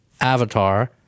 Avatar